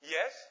Yes